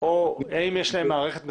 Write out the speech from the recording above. או האם יש להן מערכת מסוימת.